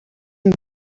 een